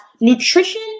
nutrition